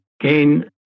gain